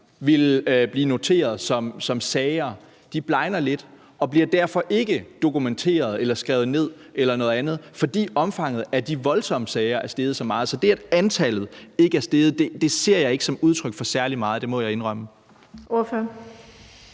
ville blive noteret som sager, og bliver derfor ikke dokumenteret eller skrevet ned eller noget andet, altså fordi omfanget af de voldsomme sager er steget så meget. Så det, at antallet ikke er steget, ser jeg ikke som udtryk for særlig meget, det må jeg indrømme.